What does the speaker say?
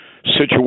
situation